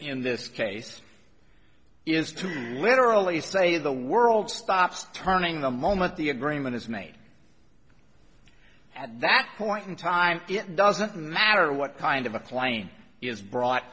in this case is to you literally say the world stops turning the moment the agreement is made at that point in time it doesn't matter what kind of a plane is brought